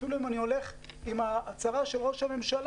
אפילו אם אני הולך עם ההצהרה של ראש הממשלה,